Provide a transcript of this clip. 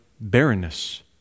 barrenness